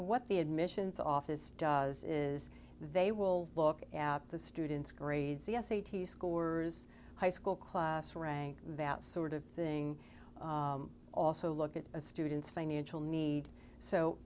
what the admissions the office does is they will look at the students grades the s a t s scores high school class rank that sort of thing also look at a student's financial need so